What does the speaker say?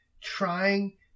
trying